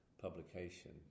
publication